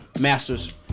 Masters